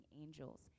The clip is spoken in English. angels